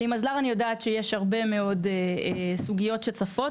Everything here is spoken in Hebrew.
על ׳Imazlar׳ אני יודעת שיש שם הרבה מאוד סוגיות שצפות,